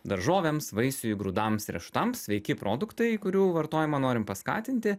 daržovėms vaisiui grūdams riešutams sveiki produktai kurių vartojimą norim paskatinti